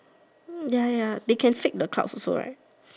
ya ya ya they can fake the clouds also right